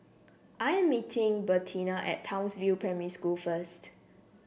I am meeting Bertina at Townsville Primary School first